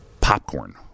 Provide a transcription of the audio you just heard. popcorn